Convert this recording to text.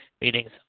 meetings